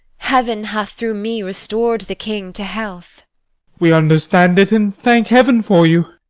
heaven hath through me restor'd the king to health we understand it, and thank heaven for you.